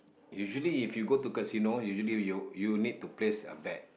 usually if you go to casino usually you you need to place a bet